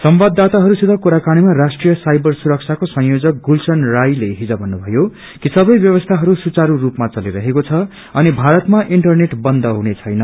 संवाददााताहरू सित कुराकानीमा राष्ट्रिय साइबर सुरक्षाको संयोजक गुलशन रायले हिज भन्नुभयो कि सबै व्यवस्थाहरू सुचारू रूपमा चलिरहेको छ अनि भारतमा इंटरनेट शट डाउन हुने छैन